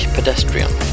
Pedestrian